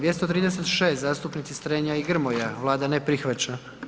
236. zastupnici Strenja i Grmoja, Vlada ne prihvaća.